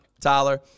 Tyler